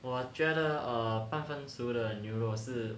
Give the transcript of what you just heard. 我觉得半分熟的牛肉是